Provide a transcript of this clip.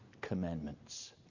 commandments